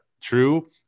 true